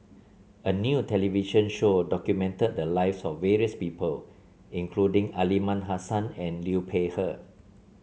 a new television show documented the lives of various people including Aliman Hassan and Liu Peihe